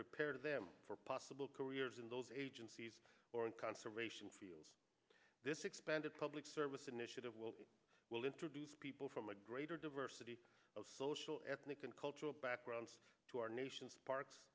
prepare them for possible careers in those agencies or in conservation feels this expanded public service initiative will be will introduce people from a greater diversity of social ethnic and cultural backgrounds to our nation's parks